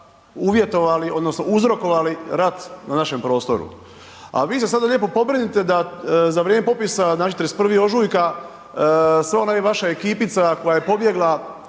uvjetovali, odnosno uzrokovali rat na našem prostoru. A vi se sada lijepo pobrinite da za vrijeme popisa, znači 31. ožujka, sva ona vaša ekipica koja je pobjegla